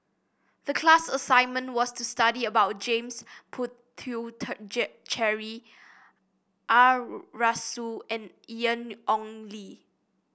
the class assignment was to study about James Puthucheary Arasu and Ian Ong Li